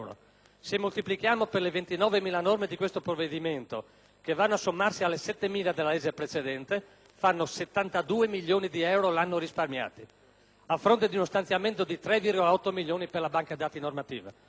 Se moltiplichiamo per le 29.000 norme di questo provvedimento, che vanno a sommarsi alle 7.000 della legge precedente, fanno 72 milioni di euro l'anno risparmiati, a fronte di uno stanziamento di 3,8 milioni per la banca dati normativa.